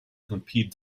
compete